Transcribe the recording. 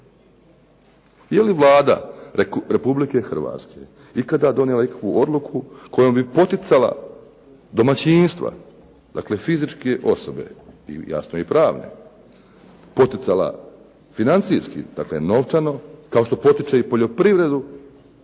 Je li Vlada Republike Hrvatske ikada donijela ikakvu odluku kojom bi poticala domaćinstva, dakle fizičke osobe i jasno i pravne, poticala financijski, dakle novčano, kao što potiče i poljoprivredu